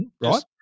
Right